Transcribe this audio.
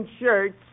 shirts